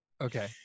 Okay